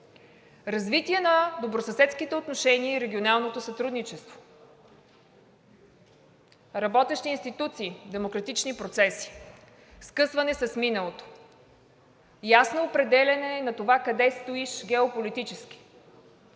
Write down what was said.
развитие на добросъседските отношения и регионалното сътрудничество, работещи институции, демократични процеси, скъсване с миналото, ясно определяне на това къде стоиш геополитически.